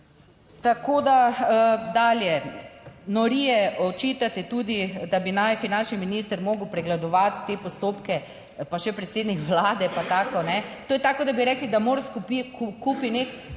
se. Dalje, norije očitate tudi, da bi naj finančni minister moral pregledovati te postopke pa še predsednik Vlade pa tako ne. To je tako, kot da bi rekli, da MORS kupi nek